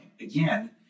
Again